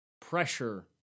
pressure